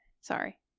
sorry